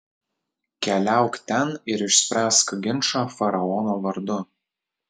keliauk ten ir išspręsk ginčą faraono vardu